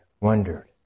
wondered